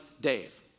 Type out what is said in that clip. Dave